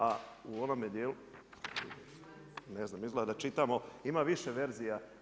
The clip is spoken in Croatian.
A u onome dijelu, ne znam izgleda da čitamo ima više verzija.